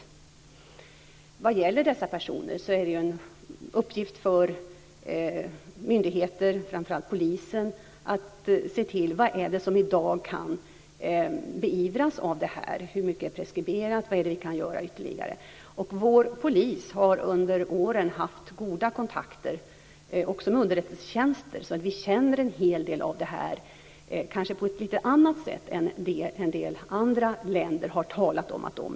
När det gäller dessa personer är det en uppgift för myndigheter, framför allt polisen, att se vad som i dag kan beivras av det här, hur mycket som är preskriberat och vad som kan göras ytterligare. Vår polis har under åren haft goda kontakter också med underrättelsetjänster, så vi känner till en hel del av det här kanske på ett lite annat sätt än en del andra länder gör.